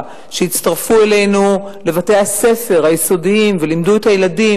שהצטרפו אלינו לבתי-הספר היסודיים ולימדו את הילדים,